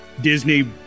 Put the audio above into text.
Disney